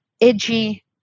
edgy